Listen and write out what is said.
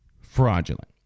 Fraudulent